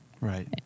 Right